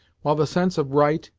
while the sense of right,